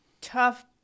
tough